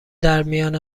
درمیان